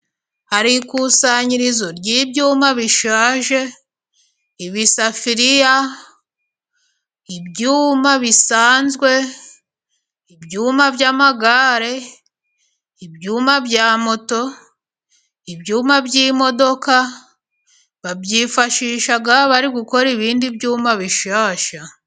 Hari ikusanyirizo ry'ibyuma bishaje, ibisafiriya, ibyuma bisanzwe, ibyuma by'amagare ,ibyuma bya moto, ibyuma by'imodoka, babyifashisha bari gukora ibindi byuma bishyashya.